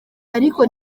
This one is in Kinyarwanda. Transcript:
ariko